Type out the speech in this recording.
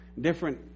different